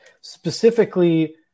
specifically